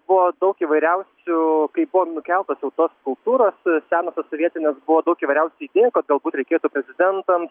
buvo daug įvairiausių kai buvo nukeltos jau tos skulptūros senosios sovietinės buvo daug įvairiausių idėjų kad galbūt reikėtų prezidentams